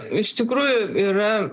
iš tikrųjų yra